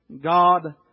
God